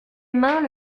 mains